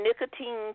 nicotine